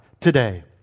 today